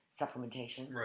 supplementation